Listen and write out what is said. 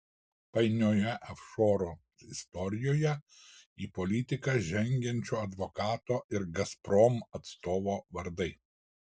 painioje ofšorų istorijoje į politiką žengiančio advokato ir gazprom atstovo vardai